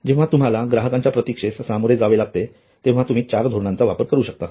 जेव्हा तुम्हाला ग्राहकांच्या प्रतीक्षेस सामोरे जावे लागते तेव्हा तुम्ही ४ धोरणांचा वापर करू शकता